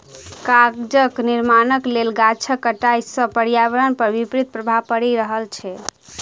कागजक निर्माणक लेल गाछक कटाइ सॅ पर्यावरण पर विपरीत प्रभाव पड़ि रहल छै